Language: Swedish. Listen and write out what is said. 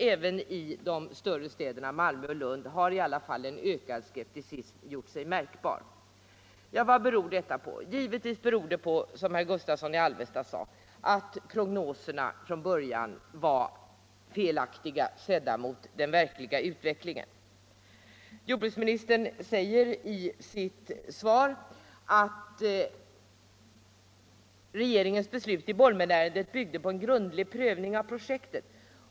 Även i de större städerna Malmö och Lund har en ökad skepsis gjort sig märkbar. Vad beror detta på? Givetvis beror på det, såsom herr Gustavsson i Alvesta sade, på att prognoserna från början varit felaktiga, sedda mot den verkliga utvecklingen. Jordbruksministern anför i sitt svar att regeringens beslut i Bolmenärendet byggde på en grundlig prövning av projektet.